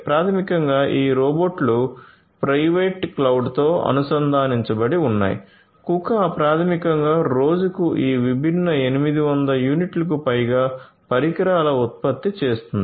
ప్రాథమికంగా ఈ రోబోట్లు ప్రైవేట్ క్లౌడ్తో అనుసంధానించబడి ఉన్నాయి కుకా ప్రాథమికంగా రోజుకు ఈ విభిన్న 800 యూనిట్లకు పైగా పరికరాల ఉత్పత్తి చేస్తుంది